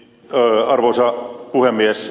arvoisa puhemies